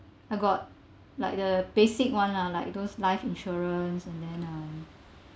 I got like the basic one lah like those life insurance and then um err what ah